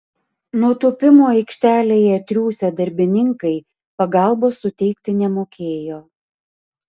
nutūpimo aikštelėje triūsę darbininkai pagalbos suteikti nemokėjo